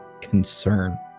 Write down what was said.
concern